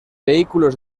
vehículos